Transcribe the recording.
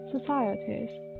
societies